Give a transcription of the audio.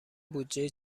بودجهای